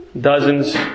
Dozens